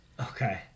Okay